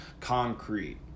concrete